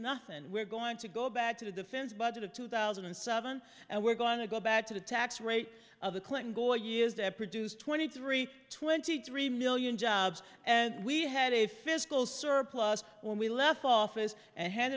nothing and we're going to go back to the defense budget of two thousand and seven and we're going to go back to the tax rate of the clinton gore years that produced twenty three twenty three million jobs and we had a fiscal surplus when we left office and hand